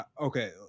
okay